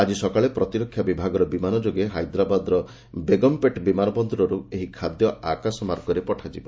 ଆକି ସକାଳେ ପ୍ରତିରକ୍ଷା ବିଭାଗର ବିମାନ ଯୋଗେ ହାଇଦ୍ରାବାଦର ବେଗମପେଟ୍ ବିମାନ ବନ୍ଦରରୁ ଏହି ଖାଦ୍ୟ ଆକାଶମାର୍ଗରେ ପଠାଯିବ